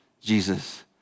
Jesus